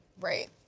Right